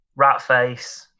Ratface